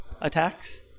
attacks